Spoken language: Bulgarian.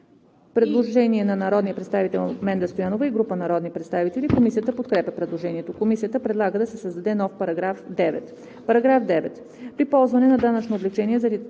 Предложение на народния представител Менда Стоянова и група народни представители. Комисията подкрепя предложението. Комисията предлага да се създаде нов § 9: „§ 9.